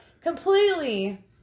completely